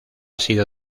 sido